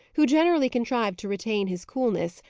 who generally contrived to retain his coolness,